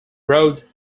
road